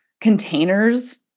containers